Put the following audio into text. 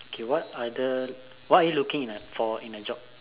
okay what other what are you looking in for in a job